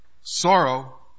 Sorrow